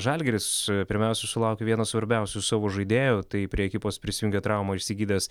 žalgiris pirmiausia sulaukė vieno svarbiausių savo žaidėjų tai prie ekipos prisijungė traumą išsigydęs